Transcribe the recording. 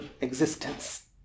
existence